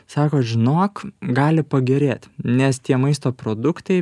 sako žinok gali pagerėt nes tie maisto produktai